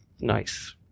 Nice